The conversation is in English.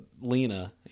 Lena